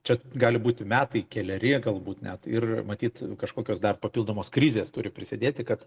čia gali būti metai keleri galbūt net ir matyt kažkokios dar papildomos krizės turi prisidėti kad